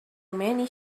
many